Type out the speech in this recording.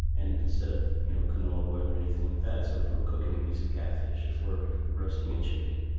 and instead of you know canola oil or anything like that, so if we're cooking a piece of catfish, if we're roasting a chicken,